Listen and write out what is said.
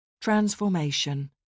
Transformation